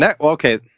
Okay